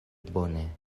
bone